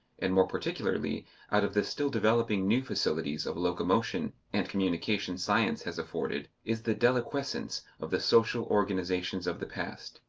and more particularly out of the still developing new facilities of locomotion and communication science has afforded, is the deliquescence of the social organizations of the past,